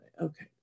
Okay